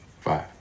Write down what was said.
Five